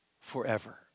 forever